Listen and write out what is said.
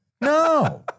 No